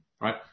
right